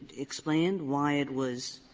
explained why it was